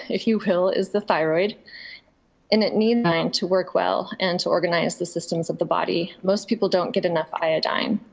if you will, is the thyroid and it needs iodine to work well and to organize the systems of the body. most people don't get enough iodine.